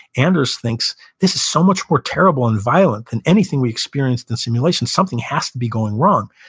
anders thinks, this is so much more terrible and violent than anything we experienced in simulation. something has to be going wrong.